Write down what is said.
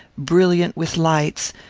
brilliant with lights,